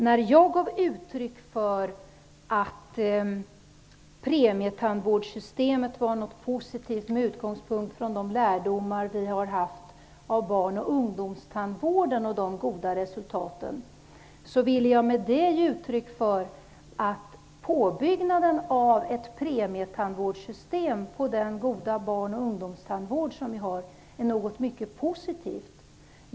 När jag gav uttryck för att premietandvårdssystemet är något positivt, med utgångspunkt i de lärdomar vi har fått av barn och ungdomstandvården och de goda resultaten där, ville jag med det ha sagt att påbyggnaden av ett premietandvårdssystem på den goda barn och ungdomstandvård som vi har är något mycket positivt.